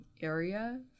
area